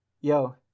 yo